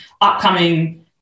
upcoming